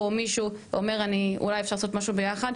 מישהו שאומר שאולי אפשר לעשות משהו ביחד.